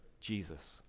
Jesus